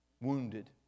Wounded